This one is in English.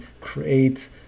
create